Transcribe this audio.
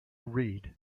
read